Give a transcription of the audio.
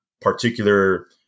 particular